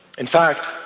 in fact,